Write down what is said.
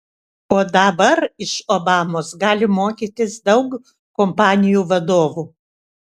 o dabar iš obamos gali mokytis daug kompanijų vadovų